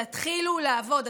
תתחילו לעבוד.